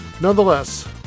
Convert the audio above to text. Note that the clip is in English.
nonetheless